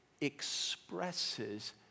expresses